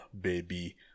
baby